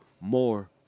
more